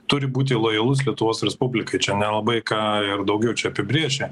turi būti lojalus lietuvos respublikai čia nelabai ką ir daugiau čia apibrėžia